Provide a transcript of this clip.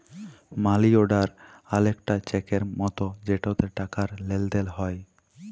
মালি অড়ার অলেকটা চ্যাকের মতো যেটতে টাকার লেলদেল হ্যয়